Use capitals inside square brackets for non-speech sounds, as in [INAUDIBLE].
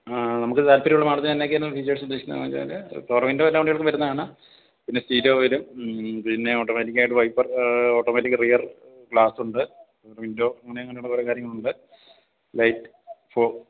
നമുക്ക് താല്പര്യമുള്ള മോഡലന്നായൊക്കെയെന്ന് ഫീച്ചേഴ്സും [UNINTELLIGIBLE] പവർ വിൻഡോ എല്ലാ വണ്ടികൾക്കും വരുന്നതാണ് പിന്നെ സ്റ്റീരിയോ വരും പിന്നെ ഓട്ടോമാറ്റിക്കായിട്ട് വൈപ്പർ ഓട്ടോമാറ്റിക് റിയർ ഗ്ലാസുണ്ട് വിൻഡോ അങ്ങനെ അങ്ങനെയുള്ള ഒരുപാട് കാര്യങ്ങളുണ്ട് ലൈറ്റ് ഫോഗ്